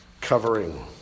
covering